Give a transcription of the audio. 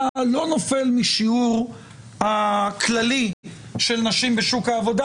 לא נופל מהשיעור הכללי של נשים בשוק העבודה,